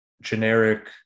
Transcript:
generic